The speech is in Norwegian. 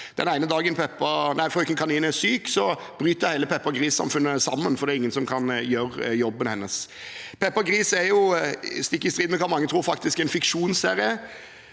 Den ene dagen Frøken Kanin er syk, bryter hele Peppa Gris-samfunnet sammen, for det er ingen som kan gjøre jobben hennes. Peppa Gris er, stikk i strid med hva mange tror, faktisk en fiksjonsserie,